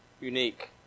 Unique